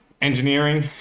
engineering